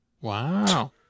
Wow